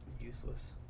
Useless